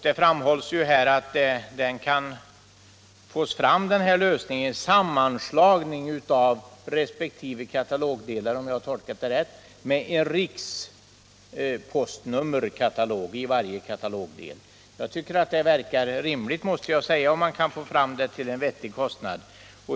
Det framhålls, om jag har tolkat det rätt, att denna lösning innebär en sammanslagning så att man får en rikspostnummerkatalog i varje telefonkatalogdel. Jag tycker att det verkar rimligt, om man kan få fram detta till en vettig kostnad.